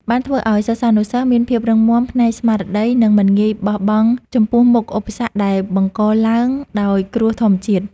បានធ្វើឱ្យសិស្សានុសិស្សមានភាពរឹងមាំផ្នែកស្មារតី និងមិនងាយបោះបង់ចំពោះមុខឧបសគ្គដែលបង្កឡើងដោយគ្រោះធម្មជាតិ។